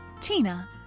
Tina